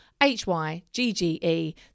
H-Y-G-G-E